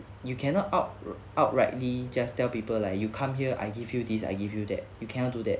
you cannot out outrightly just tell people like you come here I give you this I give you that you cannot do that